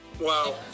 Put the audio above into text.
wow